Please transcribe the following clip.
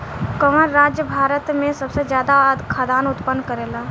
कवन राज्य भारत में सबसे ज्यादा खाद्यान उत्पन्न करेला?